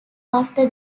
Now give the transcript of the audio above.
after